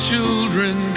children